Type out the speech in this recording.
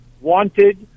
wanted